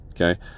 okay